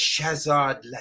Shazad